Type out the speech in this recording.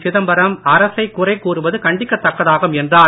சிதம்பரம் அரசைக் குறை கூறுவது கண்டிக்கத் தக்கதாகும் என்றார்